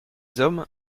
hommes